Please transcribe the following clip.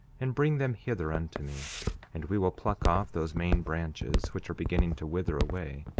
and bring them hither unto me and we will pluck off those main branches which are beginning to wither away,